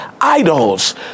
idols